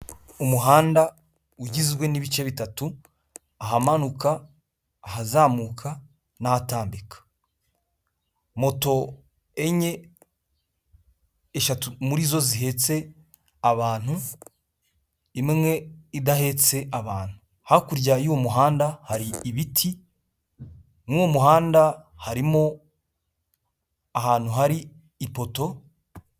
Umuhanda ugizwe n'ibice bitatu, ahamanuka, ahazamuka n'ahatambika. Moto enye eshatu muri zo zihetse abantu, imwe idahetse abantu hakurya y'uwo muhanda hari ibiti, mu muhanda harimo ahantu hari ipoto.